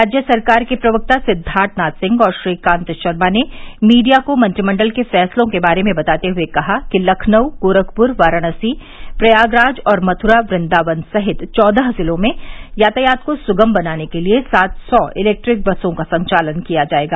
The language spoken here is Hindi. राज्य सरकार के प्रवक्ता सिद्वार्थ नाथ सिंह और श्रीकान्त शर्मा ने मीडिया को मंत्रिमंडल के फैसलों के बारे में बताते हए कहा कि लखनऊ गोरखपुर वाराणसी प्रयागराज और मथुरा वृन्दावन सहित चौदह जिलों में यातायात को सुगम बनाने के लिये सात सौ इलेक्ट्रिक बसों का संचालन किया जायेगा